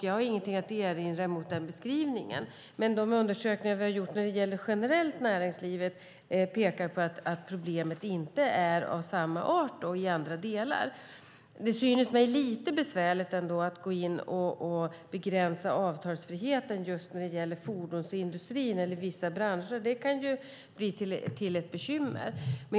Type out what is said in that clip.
Jag har inget att erinra mot den beskrivningen. Men de undersökningar vi har gjort när det gäller näringslivet generellt pekar på att problemet inte är av samma art i andra delar. Det synes mig ändå lite besvärligt att gå in och begränsa avtalsfriheten just när det gäller fordonsindustrin eller vissa branscher. Det kan bli till ett bekymmer.